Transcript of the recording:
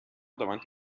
davanti